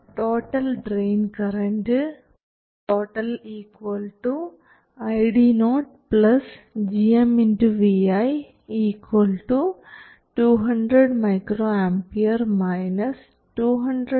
total drain current ID ID0 gmvi 200 µA 200 µS vi ആണ്